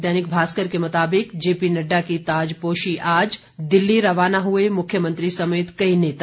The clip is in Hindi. दैनिक भास्कर के मुताबिक जेपी नड्डा की ताजपोशी आज दिल्ली रवाना हुए मुख्यमंत्री समेत कई नेता